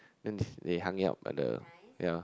then they hung it up at the ya